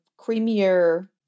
creamier